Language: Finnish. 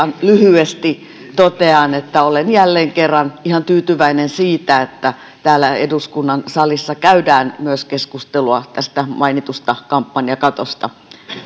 lyhyesti totean että olen jälleen kerran ihan tyytyväinen siitä että täällä eduskunnan salissa käydään myös keskustelua tästä mainitusta kampanjakatosta